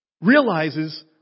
realizes